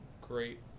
great